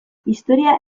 historia